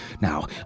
Now